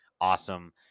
Awesome